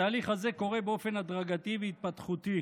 התהליך הזה קורה באופן הדרגתי והתפתחותי.